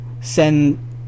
send